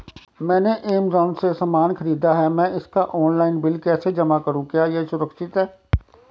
मैंने ऐमज़ान से सामान खरीदा है मैं इसका ऑनलाइन बिल कैसे जमा करूँ क्या यह सुरक्षित है?